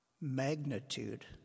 magnitude